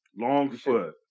Longfoot